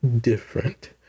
different